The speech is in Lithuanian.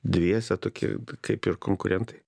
dviese tokie kaip ir konkurentai